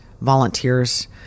volunteers